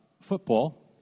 football